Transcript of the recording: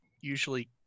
usually